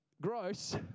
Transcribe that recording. gross